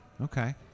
Okay